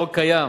חוק קיים.